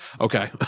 Okay